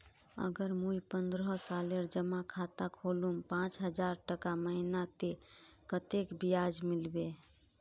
अगर मुई पन्द्रोह सालेर जमा खाता खोलूम पाँच हजारटका महीना ते कतेक ब्याज मिलबे?